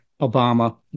Obama